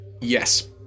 Yes